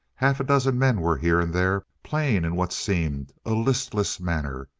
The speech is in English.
half a dozen men were here and there, playing in what seemed a listless manner,